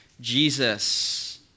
Jesus